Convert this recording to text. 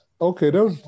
Okay